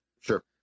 Sure